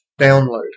download